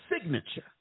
signature